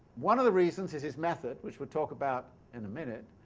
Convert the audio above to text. one of the reasons is his method, which we'll talk about in a minute.